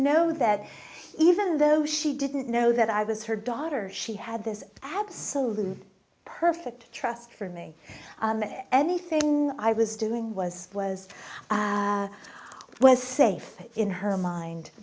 know that even though she didn't know that i was her daughter she had this absolute perfect trust for me anything i was doing was was was safe in her mind